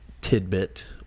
tidbit